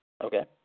Okay